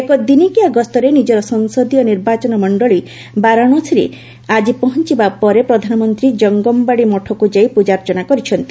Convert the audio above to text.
ଏକ ଦିନିକିଆ ଗସ୍ତରେ ନିଜର ସଂସଦୀୟ ନିର୍ବାଚନ ମଣ୍ଡଳୀ ବାରଣାସୀରେ ଆଜି ପହଞ୍ଚବା ପରେ ପ୍ରଧାନମନ୍ତ୍ରୀ ଜଙ୍ଗମବାଡ଼ି ମଠକୁ ଯାଇ ପୂଜାର୍ଚ୍ଚନା କରିଛନ୍ତି